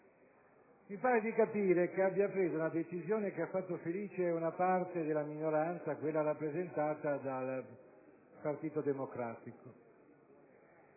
Mi pare di capire che abbia preso una decisione che ha fatto felice una parte della minoranza, quella rappresentata dal Partito Democratico.